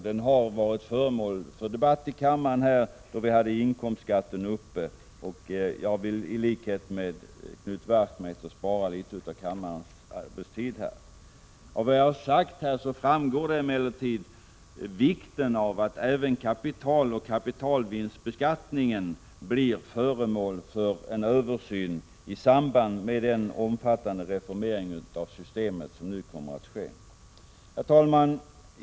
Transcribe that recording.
Den har varit föremål för debatt i kammaren när vi diskuterade inkomstskatten, och jag vill i likhet med Knut Wachtmeister spara på kammarens arbetstid. Av vad jag har sagt framgår emellertid vikten av att även kapitaloch kapitalvinstbeskattningen blir föremål för en översyn i samband med den omfattande reformeringen av systemet som nu kommer att ske. Herr talman!